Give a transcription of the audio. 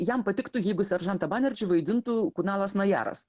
jam patiktų jeigu seržantą banerdži vaidintų kunalas najaras